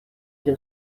для